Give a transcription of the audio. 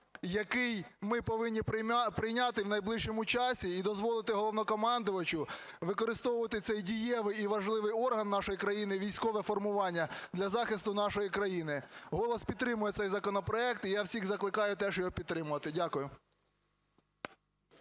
який ми повинні прийняти в найближчому часі і дозволити Головнокомандувачу використовувати цей дієвий і важливий орган нашої країни, військове формування, для захисту нашої країни. "Голос" підтримує цей законопроект, і я всіх закликаю теж його підтримати. Дякую.